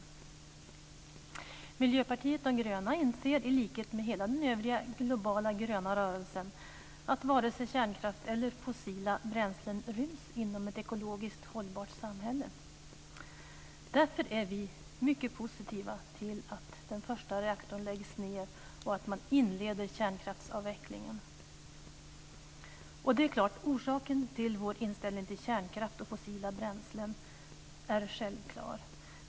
Miljöpartiet de gröna inser i likhet med hela den övriga globala gröna rörelsen att varken kärnkraft eller fossila bränslen ryms inom ett ekologiskt hållbart samhälle. Därför är vi mycket positiva till att den första reaktorn läggs ned och att man inleder kärnkraftsavvecklingen. Orsaken till vår inställning till kärnkraft och fossila bränslen är självklar.